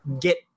get